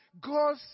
God